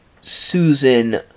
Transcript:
Susan